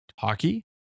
hockey